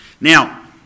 Now